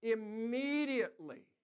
Immediately